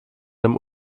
dem